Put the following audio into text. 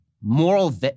moral